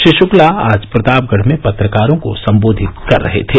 श्री गुक्ला आज प्रतापगढ़ में पत्रकारों को संबोधित कर रहे थे